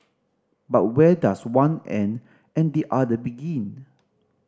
but where does one end and the other begin